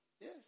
yes